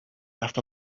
laughed